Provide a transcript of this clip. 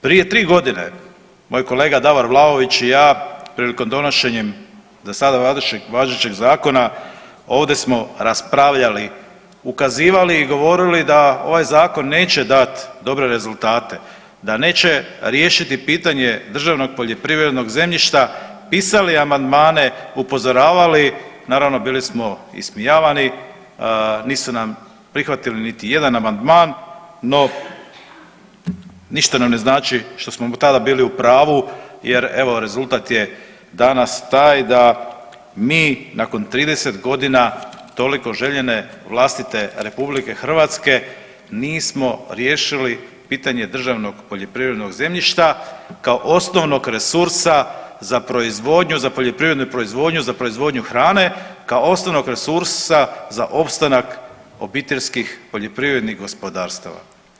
Prije 3 godine moj kolega Davor Vlaović i ja prilikom donošenja za sada važećeg zakona ovdje smo raspravljali, ukazivali i govorili da ovaj zakon neće dati dobre rezultate, da neće riješiti pitanje državnog poljoprivrednog zemljišta, pisali amandmane, upozoravali, naravno bili smo ismijavani, nisu nam prihvatili niti jedan amandman no ništa nam ne znači što smo tada bili u pravu jer evo rezultat je danas taj da mi nakon 30 godina toliko željene vlastite RH nismo riješili pitanje državnog poljoprivrednog zemljišta kao osnovnog resursa za proizvodnju, za poljoprivrednu proizvodnju, za proizvodnju hrane kao osnovnog resursa za opstanak obiteljskih poljoprivrednih gospodarstava.